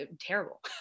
terrible